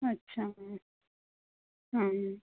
अच्छा